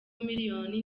miliyoni